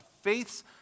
faith's